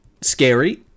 scary